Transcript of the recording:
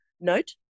note